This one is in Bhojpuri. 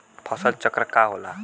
फसल चक्र का होला?